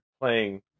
playing